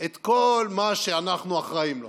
את כל מה שאנחנו אחראים לו.